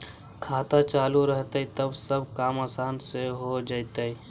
खाता चालु रहतैय तब सब काम आसान से हो जैतैय?